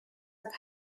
are